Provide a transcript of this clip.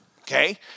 Okay